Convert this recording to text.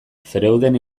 freuden